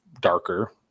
darker